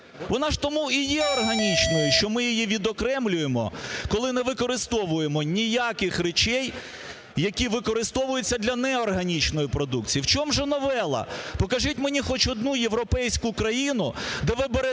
Вона ж тому і є органічною, що ми її відокремлюємо, коли не використовуємо ніяких речей, які використовуються для неорганічної продукції. В чом же новела? Покажіть мені хоч одну європейську країну, де ви берете